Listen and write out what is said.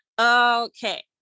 Okay